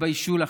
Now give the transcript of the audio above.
תתביישו לכם.